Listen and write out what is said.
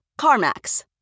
CarMax